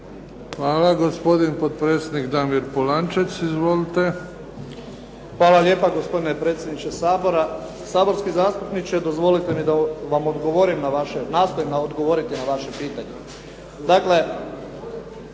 Hvala. Gospodin potpredsjednik Damir Polančec. Izvolite. **Polančec, Damir (HDZ)** Hvala lijepa. Gospodine predsjedniče Sabora. Saborski zastupniče, dozvolite mi da vam odgovorim, nastojim odgovoriti na vaše pitanje.